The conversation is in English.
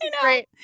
great